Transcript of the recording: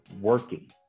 working